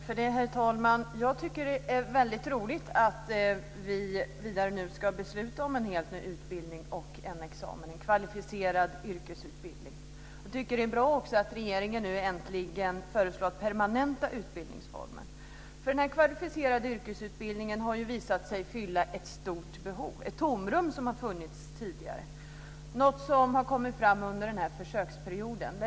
Fru talman! Jag tycker att det är väldigt roligt att vi nu ska besluta om en helt ny utbildning, en kvalificerad yrkesutbildning, och en examen. Jag tycker också att det är bra att regeringen äntligen föreslår att utbildningsformen permanentas. Den kvalificerade yrkesutbildningen har visat sig fylla ett stort behov, ett tomrum som har funnits tidigare, något som har kommit fram under försöksperioden.